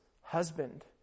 husband